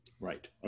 right